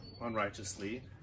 unrighteously